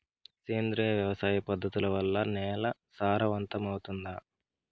సేంద్రియ వ్యవసాయ పద్ధతుల వల్ల, నేల సారవంతమౌతుందా?